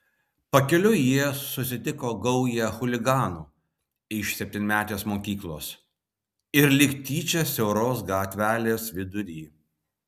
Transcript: pakeliui jie susitiko gaują chuliganų iš septynmetės mokyklos ir lyg tyčia siauros gatvelės vidury